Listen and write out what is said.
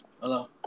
Hello